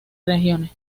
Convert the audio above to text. regiones